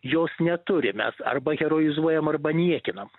jos neturim mes arba herojizuojam arba niekinam